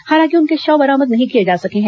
हालांकि उनके शव बरामद नहीं किए जा सके हैं